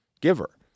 giver